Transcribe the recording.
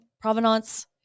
provenance